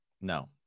No